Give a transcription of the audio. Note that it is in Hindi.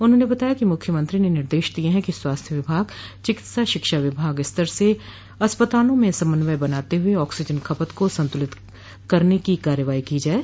उन्होंने बताया कि मुख्यमंत्री ने निर्देश दिये हैं कि स्वास्थ्य विभाग चिकित्सा शिक्षा विभाग स्तर से अस्पतालों में समन्वय बनाते हुए ऑक्सीजन खपत को संतुलित करने की कार्रवाई की जाये